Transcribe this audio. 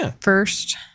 first